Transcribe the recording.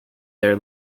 their